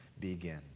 begin